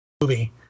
movie